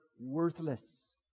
worthless